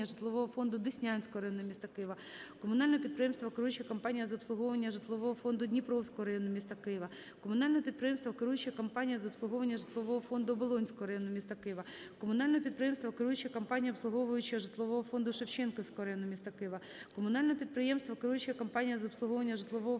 житлового фонду Деснянського району міста Києва", комунального підприємства "Керуюча компанія з обслуговування житлового фонду Дніпровського району міста Києва", комунального підприємства "Керуюча компанія з обслуговування житлового фонду Оболонського району міста Києва", комунального підприємства "Керуюча компанія з обслуговування житлового фонду Шевченківського району міста Києва", комунального підприємства "Керуюча компанія з обслуговування житлового фонду